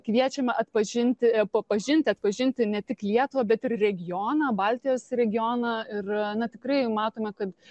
kviečiame atpažinti papažinti atpažinti ne tik lietuvą bet ir regioną baltijos regioną ir tikrai jau matome kad